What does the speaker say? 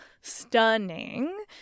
stunning